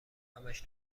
همش